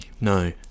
No